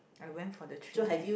I went for the training